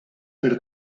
per